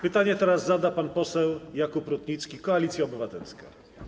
Pytanie teraz zada pan poseł Jakub Rutnicki, Koalicja Obywatelska.